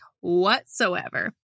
whatsoever